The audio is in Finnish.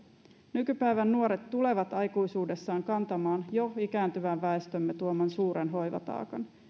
nykypäivän nuoret tulevat aikuisuudessaan kantamaan jo ikääntyvän väestömme tuoman suuren hoivataakan